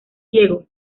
ciego